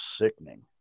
sickening